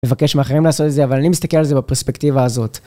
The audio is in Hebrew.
מבקש מאחרים לעשות את זה אבל אני מסתכל על זה בפרספקטיבה הזאת.